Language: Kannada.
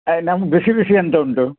ನಮ್ಗೆ ಬಿಸಿ ಬಿಸಿ ಎಂತ ಉಂಟು